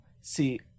See